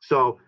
so